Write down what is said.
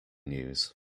news